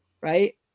Right